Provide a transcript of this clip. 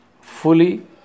fully